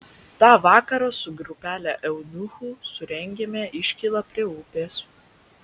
tą vakarą su grupele eunuchų surengėme iškylą prie upės